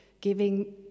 giving